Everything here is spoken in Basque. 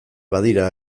badira